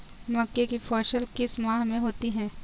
मक्के की फसल किस माह में होती है?